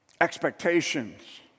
Expectations